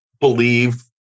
believe